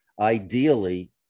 ideally